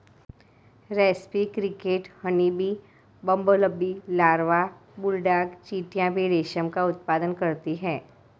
रेस्पी cricket, honeybee, bumblebee larva, bulldog चींटियां भी रेशम का उत्पादन करती हैं